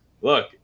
look